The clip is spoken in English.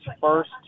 first